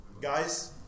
Guys